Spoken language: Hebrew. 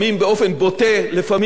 לפעמים יותר מדי בוטה,